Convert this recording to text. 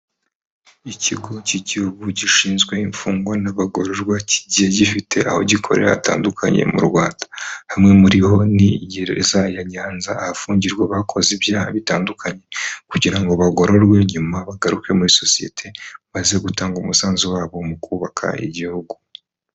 Ikigo K'igihugu gishinzwe imfungwa n'abagororwa kigiye gifite aho gikorera hatandukanye mu Rwanda. Hamwe muri ho ni gereza ya nyanza, ahafungirwa abakoze ibyaha bitandukanye kugira ngo bagororwe nyuma bagaruke muri sosiyete baze gutanga umusanzu wabo mu kubaka igihugu.